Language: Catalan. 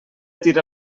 tira